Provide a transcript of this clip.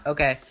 Okay